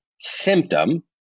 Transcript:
symptom